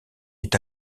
est